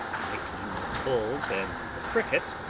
my team of bulls and the crickets,